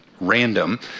random